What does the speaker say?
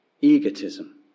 egotism